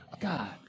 God